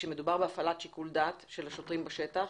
שמדובר בהפעלת שיקול דעת של השוטרים בשטח